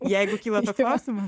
jeigu kyla klausimų